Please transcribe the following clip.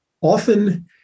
often